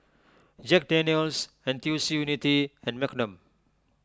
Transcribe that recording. Jack Daniel's N T U C Unity and Magnum